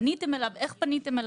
פניתם אליו בדואר?